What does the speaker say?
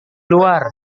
luar